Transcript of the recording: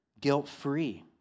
guilt-free